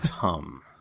Tum